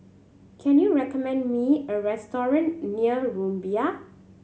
can you recommend me a restaurant near Rumbia